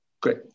Great